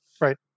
Right